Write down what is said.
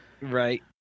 Right